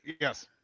yes